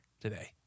today